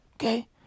okay